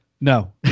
No